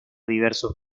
diversos